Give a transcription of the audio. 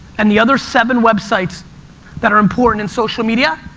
and the other seven websites that are important in social media,